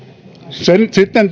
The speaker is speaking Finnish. sitten